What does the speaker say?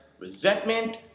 Resentment